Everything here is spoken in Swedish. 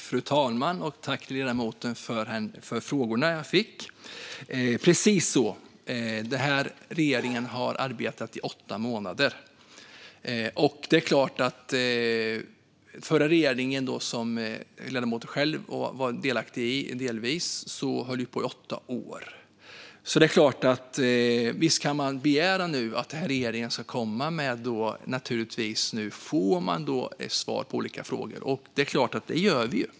Fru talman! Tack, ledamoten, för de frågor jag fick! Precis så är det. Regeringen har arbetat i åtta månader, men den förra regeringen, som ledamoten själv var delaktig i, satt i åtta år. Visst kan man begära att regeringen nu ska komma med svar på olika frågor, och det gör den ju.